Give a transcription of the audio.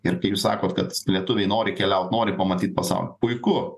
ir kai jūs sakot kad lietuviai nori keliaut nori pamatyt pasaulį puiku